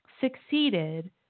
succeeded